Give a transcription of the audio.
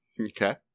Okay